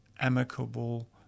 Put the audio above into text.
amicable